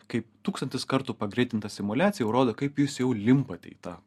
kaip tūkstantis kartų pagreitinta simuliacija jau rodo kaip jūs jau limpat į tą